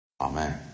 Amen